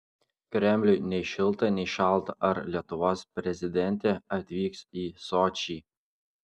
kremliui nei šilta nei šalta ar lietuvos prezidentė atvyks į sočį